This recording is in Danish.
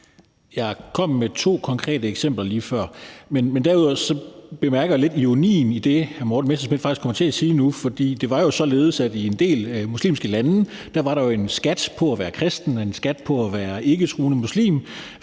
Jeg kom med to konkrete eksempler lige før. Men derudover bemærkede jeg lidt ironien i det, hr. Morten Messerschmidt faktisk kom til at sige, for det var jo således, at i en del muslimske lande var der før i tiden en skat på at være kristen og en skat på at være ikketroende muslim.